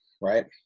right